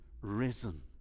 risen